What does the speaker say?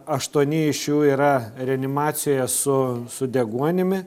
aštuoni iš jų yra reanimacijoje su su deguonimi